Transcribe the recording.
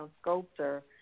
sculptor